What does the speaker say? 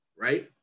Right